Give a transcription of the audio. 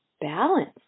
balance